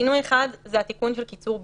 שינוי אחד זה התיקון של קיצור בידוד,